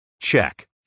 check